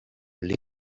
lived